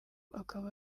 akaba